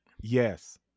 Yes